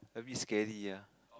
a bit scary ah